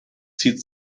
zieht